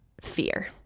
fear